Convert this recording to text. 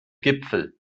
gipfel